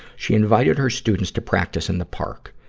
she invited her students to practice in the park.